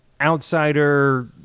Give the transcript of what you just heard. outsider